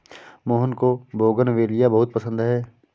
मोहन को बोगनवेलिया बहुत पसंद है